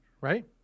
Right